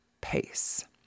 pace